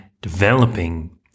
developing